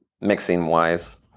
mixing-wise